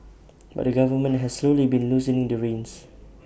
but the government has slowly been loosening the reins